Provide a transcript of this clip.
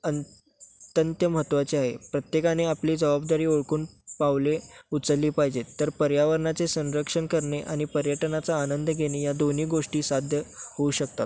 अत्यंत महत्वाचे आहे प्रत्येकाने आपली जबाबदारी ओळखून पावले उचलली पाहिजेत तर पर्यावरणाचे संरक्षण करणे आणि पर्यटनाचा आनंद घेणे या दोन्ही गोष्टी साध्य होऊ शकतात